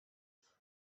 auf